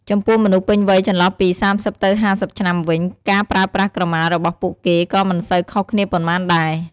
ចំពោះមនុស្សពេញវ័័យចន្លោះពី ៣០ទៅ៥០ឆ្នាំវិញ ការប្រើប្រាស់ក្រមារបស់ពួកគេក៏មិនសូវខុសគ្នាប៉ុន្មានដែរ។